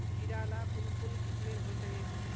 कीड़ा ला कुन कुन किस्मेर होचए?